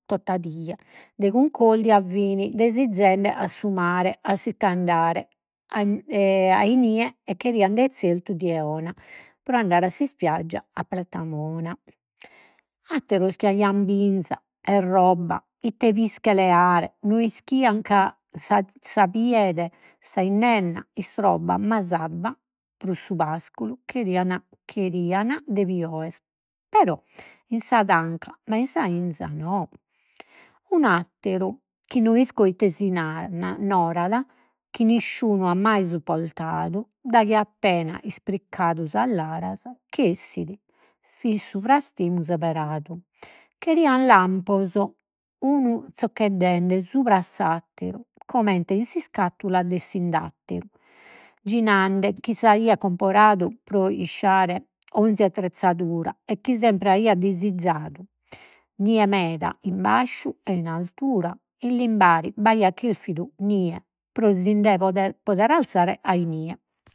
Tota die de cuncordia fin dezzidende a su mare, a sich'andare a a inie e cherian de zertu die ona, pro andare a s'ispiaggia a Platamona. Atteros chi aian binza e roba, ite pische leare no ischian ca sa- sa sa innenna istrobat, ma s'abba pro su pasculu cherian cherian de pioere però in sa tanca, ma in sa 'inza no. Un'atteru chi no isco ite si narat, chi nisciunu at mai supportadu daghi appena ispriccadu sas laras ch'essit su frastimu seberadu, cherian lampos unu zoccheddende supra, s'atteru comente in s'iscattula de s'indatteru. Chi s'aiat comporadu pro 'isciare 'onzi attrezzadura e chi sempre aiat disizadu nie meda in basciu e in altura, in Limbari b'aiat cherfidu nie pro sinde poder'arzare a inie.